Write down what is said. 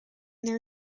their